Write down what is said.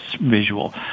visual